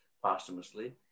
Posthumously